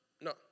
no